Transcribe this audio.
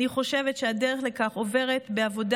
אני חושבת שהדרך לכך עוברת בעבודה